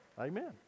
amen